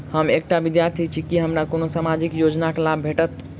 हम एकटा विद्यार्थी छी, की हमरा कोनो सामाजिक योजनाक लाभ भेटतय?